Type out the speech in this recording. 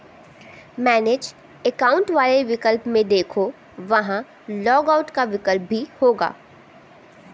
manage account वाले विकल्प में देखो, वहां लॉग आउट का विकल्प भी होगा